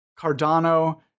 Cardano